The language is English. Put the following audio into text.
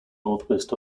northwest